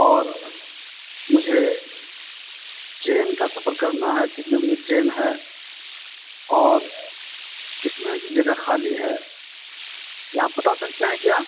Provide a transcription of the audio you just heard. اور مجھے ٹرین کا سفر کرنا ہے کتنے بجے ٹرین ہے اور کس میں جگہ خالی ہے یہ آپ بتا سکتے ہیں کیا